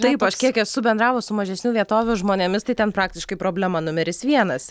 taip aš kiek esu bendravus su mažesnių vietovių žmonėmis tai ten praktiškai problema numeris vienas